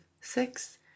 six